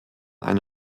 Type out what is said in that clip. eine